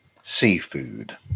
seafood